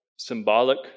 Symbolic